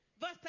Verse